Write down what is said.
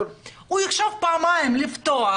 הוא יחשוב פעמיים אם לפתוח,